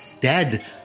dead